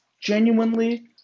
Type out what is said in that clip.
Genuinely